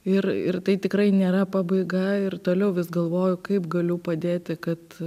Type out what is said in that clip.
ir ir tai tikrai nėra pabaiga ir toliau vis galvoju kaip galiu padėti kad